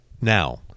now